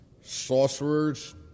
sorcerers